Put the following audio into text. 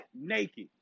naked